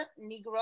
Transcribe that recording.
negro